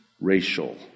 racial